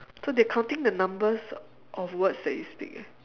so they counting the numbers of words that you speak eh